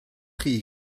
chi